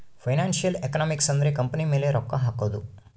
financial economics ಅಂದ್ರ company ಮೇಲೆ ರೊಕ್ಕ ಹಕೋದು